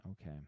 Okay